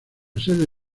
sede